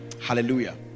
hallelujah